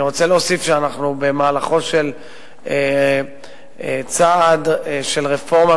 אני רוצה להוסיף שאנחנו במהלכו של צעד של רפורמה